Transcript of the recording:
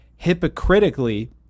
hypocritically